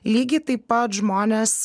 lygiai taip pat žmonės